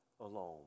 alone